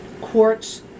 quartz